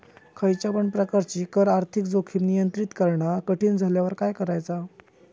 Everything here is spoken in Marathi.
खयच्या पण प्रकारची कर आर्थिक जोखीम नियंत्रित करणा कठीण झाल्यावर काय करायचा?